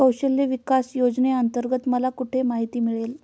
कौशल्य विकास योजनेअंतर्गत मला कुठे माहिती मिळेल?